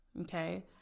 okay